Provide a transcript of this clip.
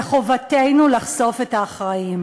וחובתנו לחשוף את האחראים.